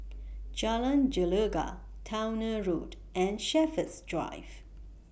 Jalan Gelegar Towner Road and Shepherds Drive